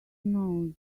knows